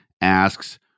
asks